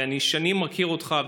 ואני שנים מכיר אותך,